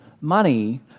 money